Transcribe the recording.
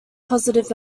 positive